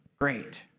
great